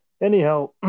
anyhow